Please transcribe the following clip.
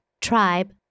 tribe